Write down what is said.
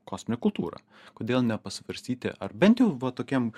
kosminę kultūrą kodėl nepasvarstyti ar bent jau va tokiam